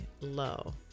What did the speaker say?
low